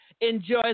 Enjoy